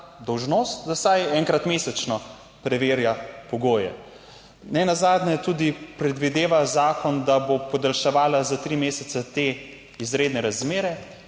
dolžnost, da vsaj enkrat mesečno preverja pogoje. Nenazadnje tudi predvideva zakon, da bo podaljševala za tri mesece te izredne razmere